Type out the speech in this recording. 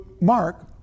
Mark